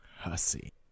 Hussy